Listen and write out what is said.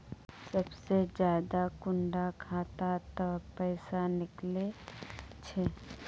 सबसे ज्यादा कुंडा खाता त पैसा निकले छे?